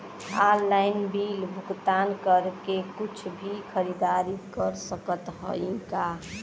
Online bill भुगतान करके कुछ भी खरीदारी कर सकत हई का?